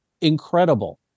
incredible